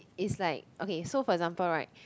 it's like okay so for example right